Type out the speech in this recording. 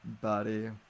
buddy